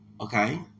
okay